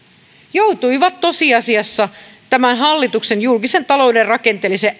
joutuivat tosiasiassa tämän hallituksen julkisen talouden rakenteellisen